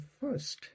first